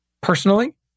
personally